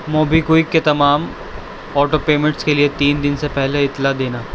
Mobi quick کے تمام auto payments کے لیے تین دن پہلے سے اطلاع دینا